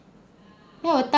ya I tell